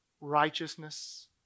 righteousness